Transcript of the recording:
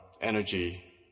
Energy